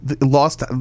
lost